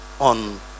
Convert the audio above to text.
on